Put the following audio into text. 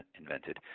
invented